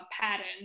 pattern